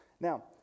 Now